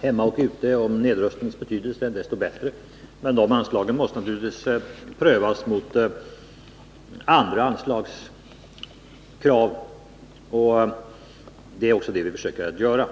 hemma och utomlands om nedrustningens betydelse, desto bättre. Men dessa anslag måste naturligtvis prövas mot andra anslagskrav, och det är det vi försöker göra.